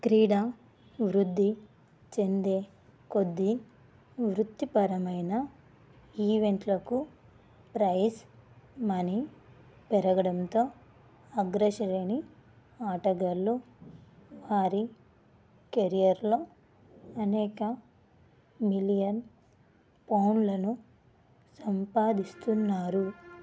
క్రీడ వృద్ధి చెందే కొద్దీ వృత్తిపరమైన ఈవెంట్లకు ప్రైజ్ మనీ పెరగడంతో అగ్రశ్రేణి ఆటగాళ్ళు వారి కెరియర్లో అనేక మిలియన్ పౌండ్లను సంపాదిస్తున్నారు